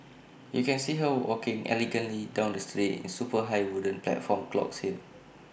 you can see her walking elegantly down the street in super high wooden platform clogs here